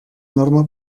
norma